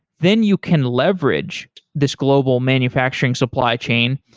then you can leverage this global manufacturing supply chain,